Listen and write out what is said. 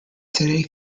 today